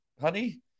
honey